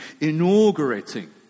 inaugurating